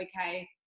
Okay